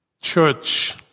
Church